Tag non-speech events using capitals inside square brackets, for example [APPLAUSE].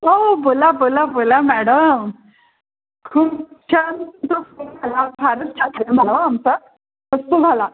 हो बोला बोला बोला मॅडम खूप छान खूप छान फारच छान झाला आमचा [UNINTELLIGIBLE]